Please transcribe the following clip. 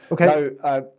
Okay